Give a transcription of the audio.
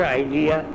idea